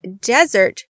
desert